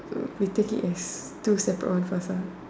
we take it as two separates ones first ah